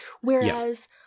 whereas